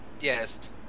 Yes